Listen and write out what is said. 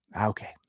okay